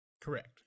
Correct